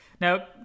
Now